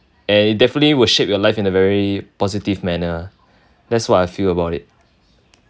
and it definitely will shape your life in a very positive manner that's what I feel about it